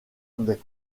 des